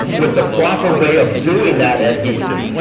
with the proper way of doing that adhesive,